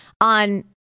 on